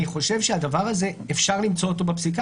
אני חושב שאת הדבר הזה אפשר למצוא בפסיקה,